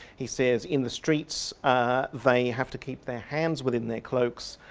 he says in the streets they have to keep their hands within their cloaks,